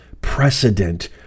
precedent